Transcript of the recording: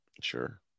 Sure